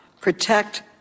protect